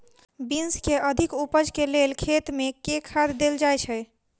Beans केँ अधिक उपज केँ लेल खेत मे केँ खाद देल जाए छैय?